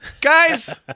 Guys